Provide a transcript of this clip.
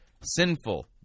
sinful